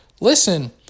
Listen